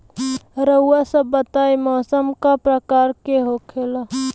रउआ सभ बताई मौसम क प्रकार के होखेला?